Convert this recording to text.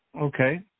Okay